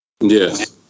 Yes